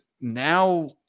now